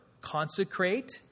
consecrate